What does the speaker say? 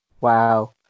wow